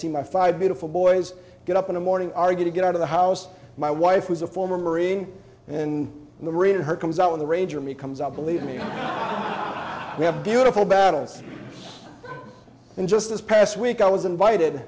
see my five beautiful boys get up in the morning argue to get out of the house my wife was a former marine and in the rain and her comes out when the ranger me comes out believe me we have beautiful battles and just this past week i was invited